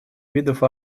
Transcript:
видов